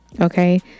Okay